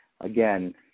again